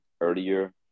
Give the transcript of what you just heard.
earlier